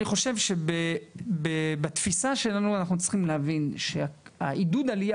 אני חושב שבתפיסה שלנו אנחנו צריכים להבין שעידוד עלייה